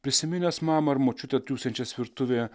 prisiminęs mamą ar močiutę triūsiančias virtuvėje